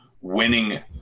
winning